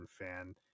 fan